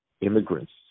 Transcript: immigrants